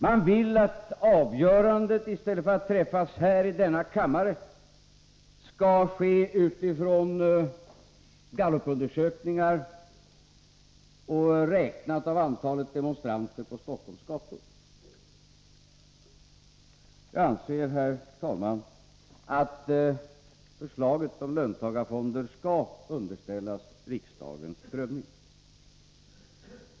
Den vill att avgörandet i stället för att träffas här i denna kammare skall träffas med hänsyn till gallupundersökningar och antalet demonstranter på Stockholms gator. Jag anser, herr talman, att förslaget om löntagarfonder skall underställas riksdagens prövning.